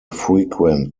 frequent